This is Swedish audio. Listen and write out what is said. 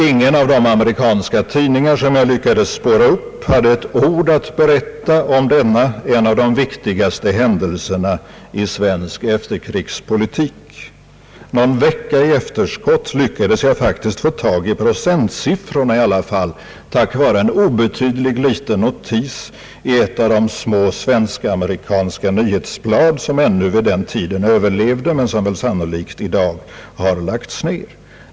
Ingen av de amerikanska tidningar som jag lyckades spåra upp hade ett ord att berätta om denna en av de viktigaste händelserna i svensk efterkrigspolitik. Någon vecka i efterskott lyckades jag faktiskt få tag i procentsiffrorna i alla fall tack vare en obetydlig liten notis i ett av de små :Ssvensk-amerikanska nyhetsblad som ännu vid den tiden överlevde men som väl sannolikt i dag har lagts ned.